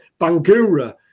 Bangura